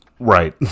Right